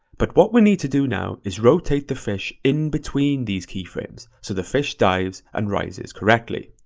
but what we need to do now is rotate the fish in between these keyframes so the fish dives and rises correctly.